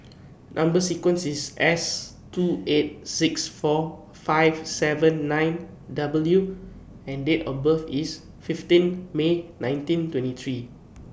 Number sequence IS S two eight six four five seven nine W and Date of birth IS fifteen May nineteen twenty three